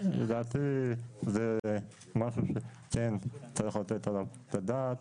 לדעתי זה משהו שכן צריך לתת עליו את הדעת.